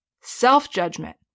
Self-judgment